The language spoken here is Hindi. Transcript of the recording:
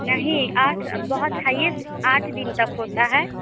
नहीं आठ बहुत हाइएस्ट आठ दिन तक होता है